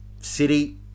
City